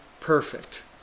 perfect